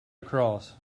across